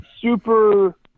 super